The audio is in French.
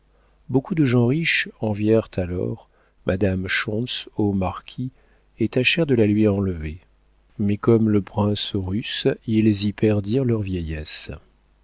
beaucoup de gens riches envièrent alors madame schontz au marquis et tâchèrent de la lui enlever mais comme le prince russe ils y perdirent leur vieillesse